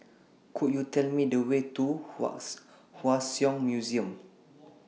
Could YOU Tell Me The Way to Hua Song Museum